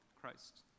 Christ